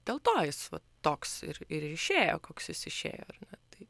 dėl to jis vat toks ir ir išėjo koks jis išėjo ar ne tai